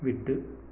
விட்டு